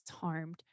harmed